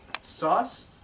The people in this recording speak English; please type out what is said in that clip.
Sauce